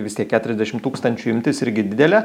vis tiek keturiasdešim tūkstančių imtis irgi didelė